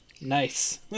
Nice